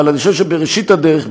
אבל אני חושב שבראשית הדרך,